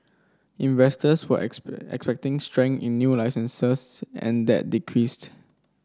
investors were expecting strength in new licences and that decreased